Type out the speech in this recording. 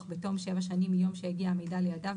בתום שבע שנים מיום שהגיע המידע לידיו,